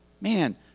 Man